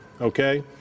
okay